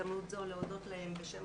בהזדמנות זו אני רוצה להודות להם בשם